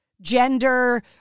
gender